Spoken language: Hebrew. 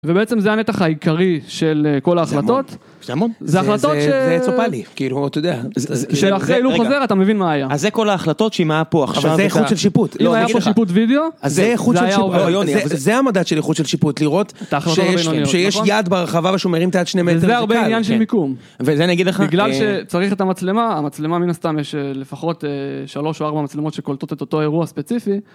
ובעצם זה הנתח העיקרי של כל ההחלטות, זה החלטות של... זה "עץ או פלי", כאילו, אתה יודע... של אחרי הילוך חוזר אתה מבין מה היה. אז זה כל ההחלטות שאם היה פה עכשיו, את ה... זה איכות של שיפוט. אם היה פה שיפוט וידאו, זה היה עובר. זה המדד של איכות של שיפוט, לראות שיש יד ברחבה ושומרים את היד שני מטרים, זה קל. זה הרבה עניין של מיקום. וזה נגיד לך... בגלל שצריך את המצלמה, המצלמה מן הסתם יש לפחות 3 או 4 מצלמות שקולטות את אותו אירוע ספציפי.